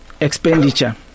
expenditure